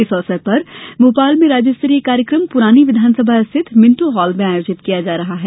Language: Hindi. इस अवसर पर भोपाल में राज्यस्तरीय कार्यक्रम पूरानी विधानसभा स्थित मिण्टो हाल में आयोजित किया जा रहा है